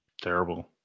Terrible